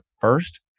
first